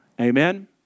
Amen